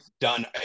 done